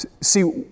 see